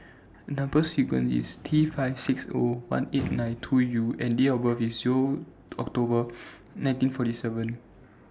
Number sequence IS T five six O one eight nine two U and Date of birth IS O October nineteen forty seven